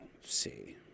see